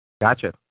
Gotcha